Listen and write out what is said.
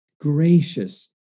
gracious